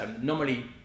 normally